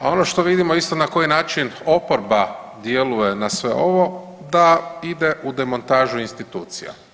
A ono što vidimo isto na koji način oporba djeluje na sve ovo da ide u demontažu institucija.